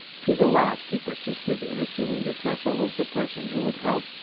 to the last he persisted in assuming that cecil was the person who would help,